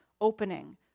opening